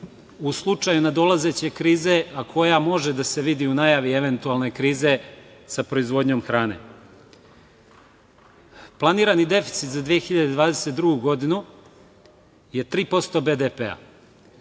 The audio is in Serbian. u slučaju nadolazeće krize koja može da se vidi i u najavi eventualne krize sa proizvodnjom hrane. Planirani deficit za 2022. godinu je 3% BDP-a.